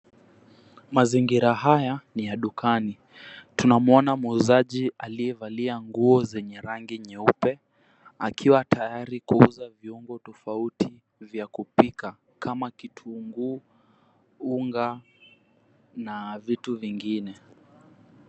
Mazingira haya ni ya dukani. Tunamwona muuzaji aliyevalia nguo zenye rangi nyeupe akiwa tayari kuuza viungo tofauti vya kupika kama kitunguu, unga na vitu vingine.